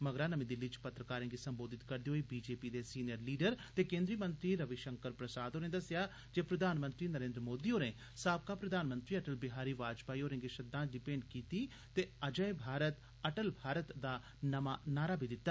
मगरा नमीं दिल्ली च पत्रकारें गी सम्बोधत करदे होई बी जे पी दे सीनियर लीडर ते कोन्द्री मंत्री रविशंकर प्रसाद होरें दस्सेआ जे प्रधानमंत्री नरेन्द्र मोदी होरें साबका प्रधानमंत्री अटल बिहारी वाजपेई होरें गी शरदांजलि भेंट कीती ते 'अजय भारत' अटल भारत दा नमा नारा बी दिता